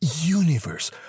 universe